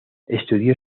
estudió